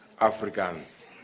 Africans